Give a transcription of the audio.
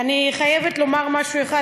אני חייבת לומר משהו אחד,